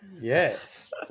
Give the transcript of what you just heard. Yes